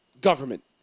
government